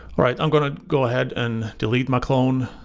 alright, i'm going to go ahead and delete my clone.